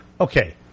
Okay